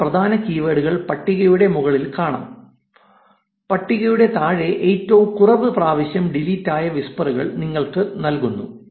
50 പ്രധാന കീവേഡുകൾ പട്ടികയുടെ മുകളിൽ കാണാം പട്ടികയുടെ താഴെ ഏറ്റവും കുറവ് പ്രാവശ്യം ഡിലീറ്റ് ആയ വിസ്പറുകൾ നിങ്ങൾക്ക് നൽകുന്നു